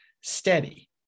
steady